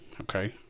Okay